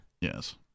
Yes